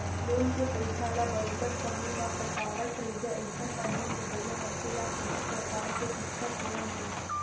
loan के पइसा ल बरोबर समे म पटावट रहिबे अइसन म लोन लेवइया मनसे ल कोनो परकार के दिक्कत होवय नइ